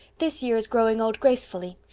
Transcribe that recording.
this year is growing old gracefully.